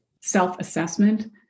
self-assessment